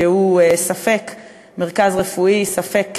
שהוא ספק מרכז רפואי ספק כלא,